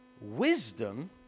Wisdom